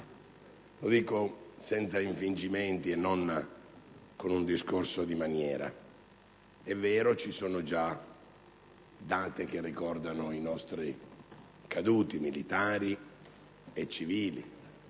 Lo dico senza infingimenti, e non con un discorso di maniera. È vero che ci sono già altre date che ricordano i nostri caduti, militari e civili.